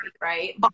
right